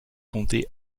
compter